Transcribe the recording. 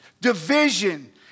division